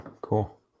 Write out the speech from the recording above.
Cool